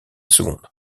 seconde